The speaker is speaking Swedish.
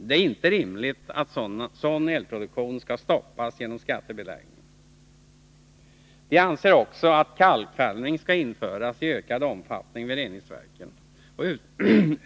Det är inte rimligt att sådan elproduktion skall stoppas genom skattebeläggning. Vi anser också att kalkfällning skall införas i ökad omfattning vid reningsverken.